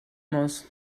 muss